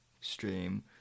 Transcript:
stream